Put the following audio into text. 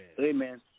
Amen